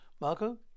Marco